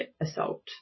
assault